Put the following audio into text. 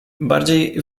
bardziej